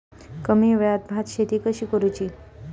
कमी वेळात भात शेती कशी करुची?